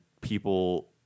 people